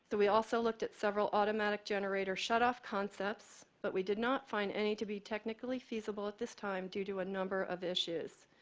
we also looked at several automatic generator shut-off concepts, but we did not find any to be technically feasible at this time due to a number of issues.